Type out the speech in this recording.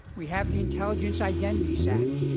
we have the intelligence identities act,